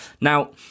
Now